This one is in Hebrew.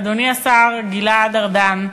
אדוני השר גלעד ארדן,